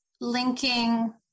linking